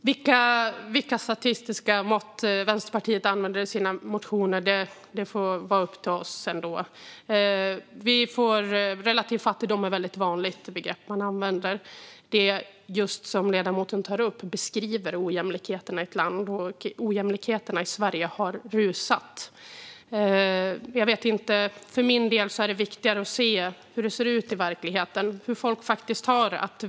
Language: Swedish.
Herr talman! Vilka statistiska mått Vänsterpartiet använder i sina motioner får ändå vara upp till oss. Relativ fattigdom är ett väldigt vanligt begrepp som används. Det som ledamoten tar upp beskriver ojämlikheterna i ett land, och ojämlikheterna i Sverige har rusat. För min del är det viktigare att se hur det ser ut i verkligheten och hur folk faktiskt har det.